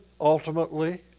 ultimately